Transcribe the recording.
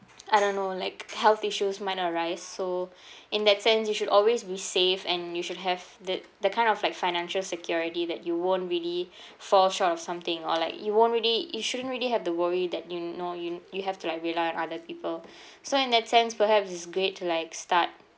I don't know like health issues might arise so in that sense you should always be safe and you should have the the kind of like financial security that you won't really fall short of something or like you won't already you shouldn't really have the worry that you know you you have to rely on other people so in that sense perhaps it's great to like start